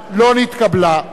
לא נתקבלה.